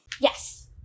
Yes